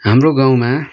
हाम्रो गाउँमा